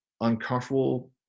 uncomfortable